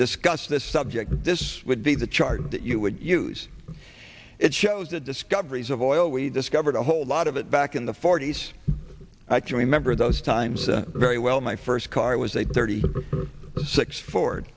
discuss this subject this would be the chart that you would use it shows the discoveries of oil we discovered a whole lot of it back in the forty's i can remember those times very well my first car was a thirty six ford